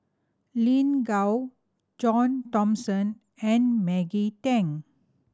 Lin Gao John Thomson and Maggie Teng